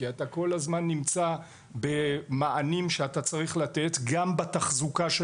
כי אתה כל הזמן נמצא במענים שאתה צריך לתת גם בתחזוקה של